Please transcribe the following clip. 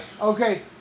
okay